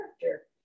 character